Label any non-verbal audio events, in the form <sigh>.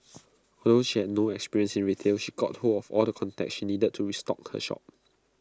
<noise> although she had no experience in retail she got hold of all the contacts she needed to stock her shop